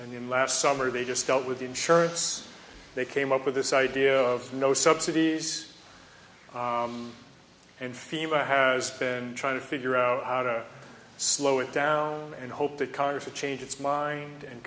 in the last summer they just dealt with insurance they came up with this idea of no subsidies and fever has been trying to figure out how to slow it down and hope the congress to change its mind and